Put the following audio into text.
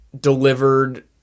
delivered